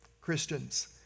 Christians